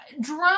drone